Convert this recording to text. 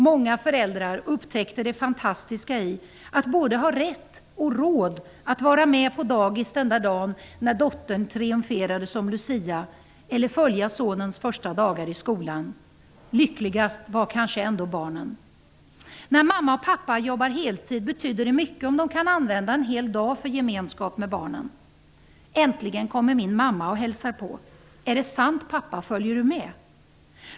Många föräldrar upptäckte det fantastiska i att ha både rätt och råd att vara med på dagis den dag då dottern triumferade som Lucia eller följa sonens första dagar i skolan. Lyckligast var kanske ändå barnen. När mamma och pappa arbetar heltid betyder det mycket om de kan använda en hel dag för gemenskap med barnen. ''Äntligen kommer min mamma och hälsar på!'' ''Är det sant, pappa -- följer du med?''